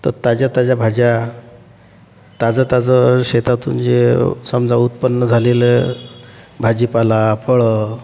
तर ताज्या ताज्या भाज्या ताजंताजं शेतातून जे समजा उत्पन्न झालेलं भाजीपाला फळं